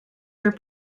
their